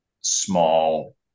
small